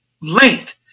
length